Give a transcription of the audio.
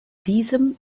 diesem